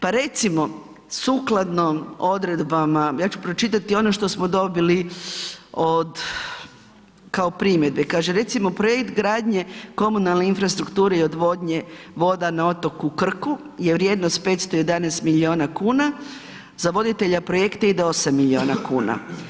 Pa recimo, sukladno odredbama, ja ću pročitati ono što smo dobili od kao primjedbe, kaže recimo projekt gradnje komunalne infrastrukture i odvodnje voda na otoku Krku je vrijednost 511 miliona kuna, za voditelja projekta ide 8 miliona kuna.